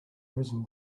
prison